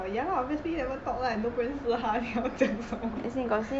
oh ya lah obviously never talk lah 你都不认识他你要讲什么